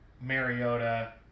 Mariota